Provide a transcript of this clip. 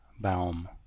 Baum